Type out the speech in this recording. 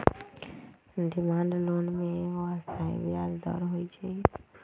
demand loan में एगो अस्थाई ब्याज दर होइ छइ